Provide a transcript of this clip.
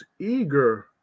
eager